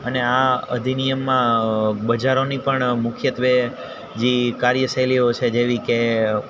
અને આ અધિનિમમાં બજારોની પણ મુખ્યત્વે જે કાર્ય શૈલીઓ છે જેવી કે